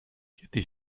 kiedy